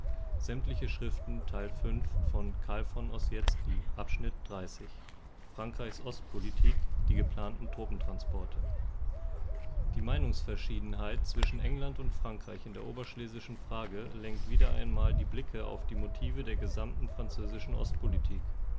frankreichs ostpolitik die geplanten truppentransporte die meinungsverschiedenheit zwischen england und frankreich in der oberschlesischen frage lenkt wieder einmal die blicke auf die motive der gesamten französischen ostpolitik